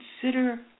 Consider